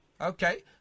Okay